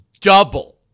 double